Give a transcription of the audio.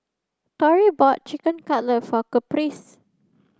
Torry bought Chicken Cutlet for Caprice